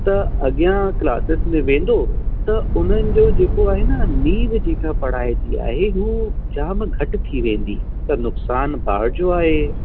त अॻियां क्लासिस में वेंदो त उन्हनि जो जेको आहे न नीव जेका पढ़ाई जी आहे उहो जाम घटि थी वेंदी त नुक़सानु ॿार जो आहे